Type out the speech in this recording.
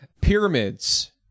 Pyramids